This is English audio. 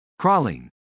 Crawling